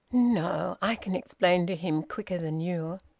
no. i can explain to him quicker than you.